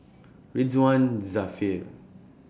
Ridzwan Dzafir